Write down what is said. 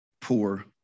poor